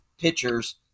pictures